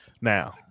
Now